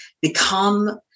become